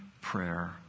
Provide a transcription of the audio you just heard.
prayer